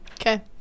Okay